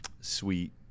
sweet